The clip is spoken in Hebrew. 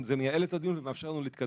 זה מייעל את הדיון ומאפשר לנו להתקדם.